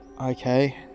okay